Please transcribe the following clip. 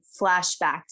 flashbacks